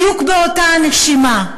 בדיוק באותה הנשימה,